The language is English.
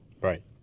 right